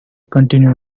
continue